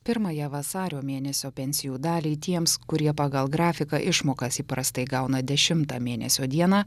pirmąją vasario mėnesio pensijų daliai tiems kurie pagal grafiką išmokas įprastai gauna dešimtą mėnesio dieną